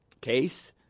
case